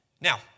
Now